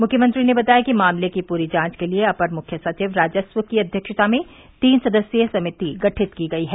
मुख्यमंत्री ने बताया कि मामले की पूरी जांच के लिये अपर मुख्य सचिव राजस्व की अध्यक्षता में तीन सदस्यीय कमेटी गठित की गई है